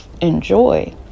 enjoy